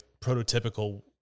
prototypical